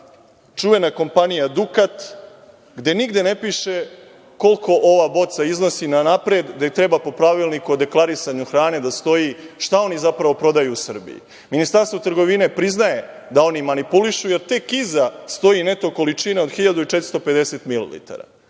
čuvena kompanija „Dukat“ gde nigde ne piše napred koliko ova boca iznosi, gde treba po pravilniku o deklarisanju hrane da stoji šta oni zapravo prodaju u Srbiji. Ministarstvo trgovine priznaje da oni manipulišu, jer tek iza stoji neto količina od 1.450